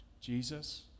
Jesus